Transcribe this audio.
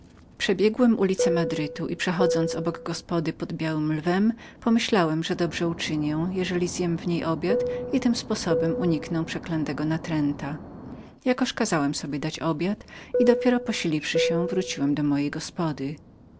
przebiegłem ulice madrytu i przechodząc obok gospody pod białym lwem pomyślałem że dobrze uczynię jeżeli tu zjem obiad i tym sposobem uniknę przeklętego natręta jakoż kazałem sobie dać obiad i następnie wróciłem do mojej gospody